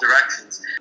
directions